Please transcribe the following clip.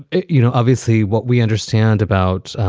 you know, obviously what we understand about